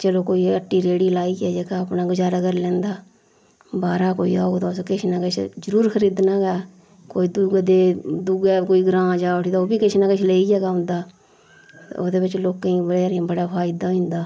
चलो कोई हट्टी रेह्ड़ी लाइयै जेह्का अपना गुजारा कर लैंदा बाह्रा कोई औग ता किश ना किश जरूर ख़रीदना गै कोई दुए दे दुए कोई ग्रांऽ जा उठी उब्बी किश ना किश लेइयै गै औंदा ते ओह्दे बिच्च लोकें बेचारें गी बड़ा फ़ायदा होई जंदा